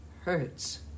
hurts